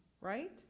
Right